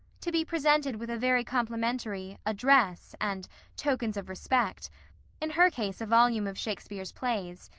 to be presented with a very complimentary address and tokens of respect in her case a volume of shakespeare's plays,